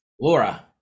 laura